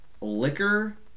Liquor